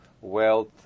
wealth